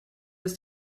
ist